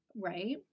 Right